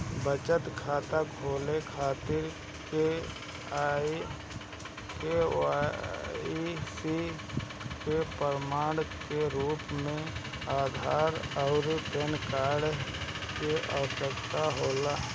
बचत खाता खोले खातिर के.वाइ.सी के प्रमाण के रूप में आधार आउर पैन कार्ड की आवश्यकता होला